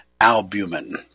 albumin